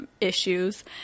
Issues